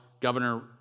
Governor